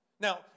Now